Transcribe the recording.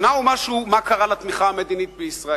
שנה ומשהו, ומה קרה לתמיכה המדינית בישראל?